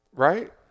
Right